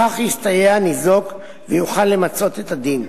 בכך יסתייע הניזוק ויכול למצות את הדין.